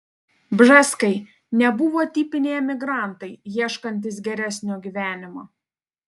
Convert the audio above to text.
bžeskai nebuvo tipiniai emigrantai ieškantys geresnio gyvenimo